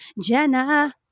Jenna